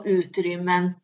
utrymmen